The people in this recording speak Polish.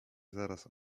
zaraz